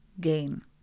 gain